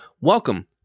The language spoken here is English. welcome